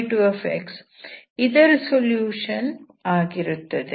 yHxc1y1c2y2 ಇದರ solution ಆಗಿರುತ್ತದೆ